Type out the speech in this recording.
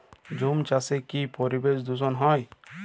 ঝুম চাষে কি পরিবেশ দূষন হয়?